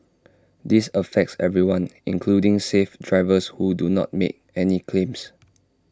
this affects everyone including safe drivers who do not make any claims